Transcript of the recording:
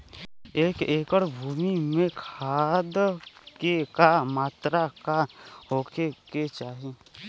एक एकड़ भूमि में खाद के का मात्रा का होखे के चाही?